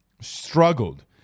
Struggled